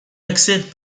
accède